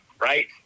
Right